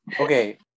Okay